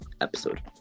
episode